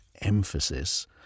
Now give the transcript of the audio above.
emphasis